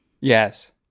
yes